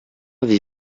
avez